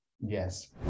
Yes